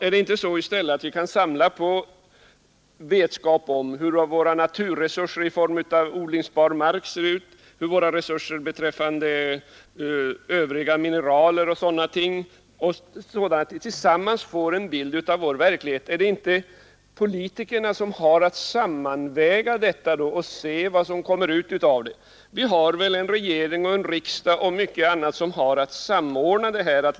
Är det inte i stället så att vi kan samla på vetskap om våra naturresurser i form av odlingsbar mark, mineraler osv. och därigenom få en bild av vår verklighet? Är det inte politikerna som har att sammanväga detta och se vad som kommer ut av det? Vi har väl regering, riksdag och många andra organ som skall samordna detta.